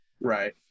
Right